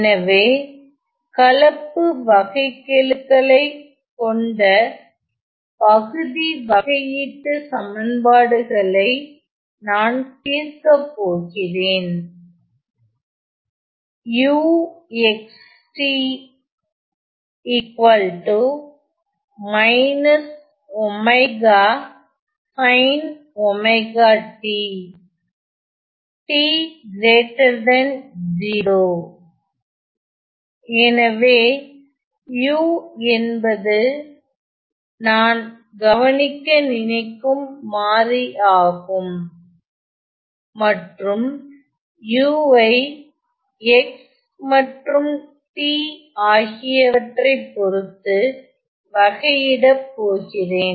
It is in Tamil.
எனவே கலப்பு வகைக்கெழு களைக் கொண்ட பகுதி வகையீட்டுச் சமன்பாடுகளை நான் தீர்க்கப் போகிறேன் எனவே u என்பது நான் கவனிக்க நினைக்கும் மாறி ஆகும் மற்றும் u ஐ x மற்றும் t ஆகியவற்றைப் பொறுத்து வகை இடப் போகிறேன்